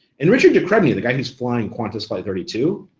and richard de crespigny, the guy who's flying qantas flight thirty two,